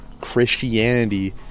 Christianity